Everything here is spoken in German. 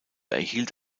erhielt